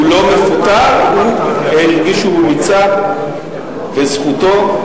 הוא לא מפוטר, הוא הרגיש שהוא מיצה, וזכותו.